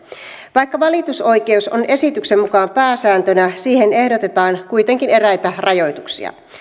vaikka valitusoikeus on esityksen mukaan pääsääntönä siihen ehdotetaan kuitenkin eräitä rajoituksia